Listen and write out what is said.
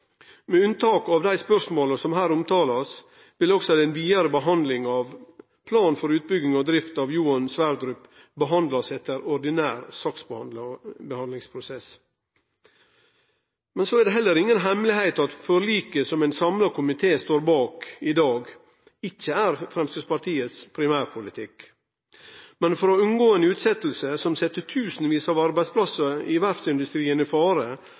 Med unntak av dei spørsmåla som her blir omtalte, vil også den vidare behandlinga av plan for utbygging og drift av Johan Sverdrup skje etter ordinær saksbehandlingsprosess. Det er heller inga hemmelegheit at forliket som ein samla komité står bak i dag, ikkje er Framstegspartiets primærpolitikk. Men for å unngå ei utsetjing som set tusenvis av arbeidsplassar i